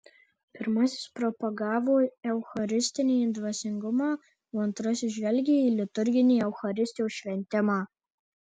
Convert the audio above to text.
pirmasis propagavo eucharistinį dvasingumą o antrasis žvelgė į liturginį eucharistijos šventimą